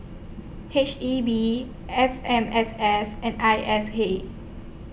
H E B F M S S and I S A